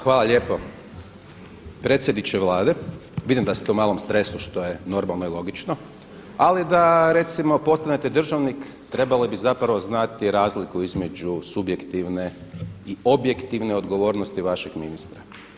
Hvala lijepo predsjedniče Vlade, vidim da ste u malo stresu što je normalno i logično ali da recimo postanete državnik trebali bi zapravo znati razliku između subjektivne i objektivne odgovornosti vašeg ministra.